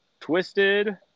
twisted